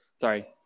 Sorry